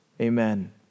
Amen